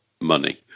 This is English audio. money